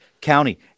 county